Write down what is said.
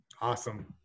Awesome